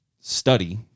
study